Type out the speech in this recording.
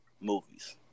movies